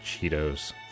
Cheetos